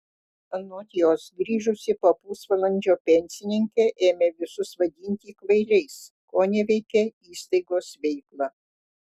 anot jos grįžusi po pusvalandžio pensininkė ėmė visus vadinti kvailiais koneveikė įstaigos veiklą